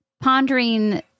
pondering